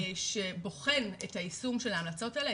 שבוחן את היישום של המלצות האלה,